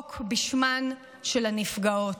ולזעוק בשמן של הנפגעות.